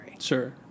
sure